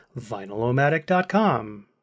vinylomatic.com